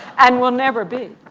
and will never be.